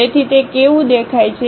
તેથી તે કેવું દેખાય છે